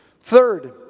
Third